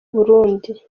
burundi